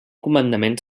comandament